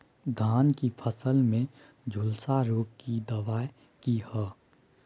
धान की फसल में झुलसा रोग की दबाय की हय?